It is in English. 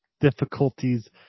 difficulties